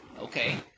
Okay